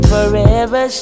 Forever